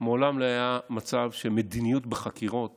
מעולם לא היה מצב שמדיניות בחקירות